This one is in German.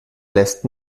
lässt